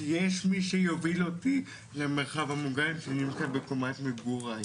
כי יש מי שיוביל אותי למרחב המוגן שנמצא בקומת מגוריי.